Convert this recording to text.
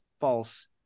false